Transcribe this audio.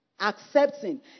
Accepting